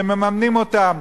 שמממנים אותן.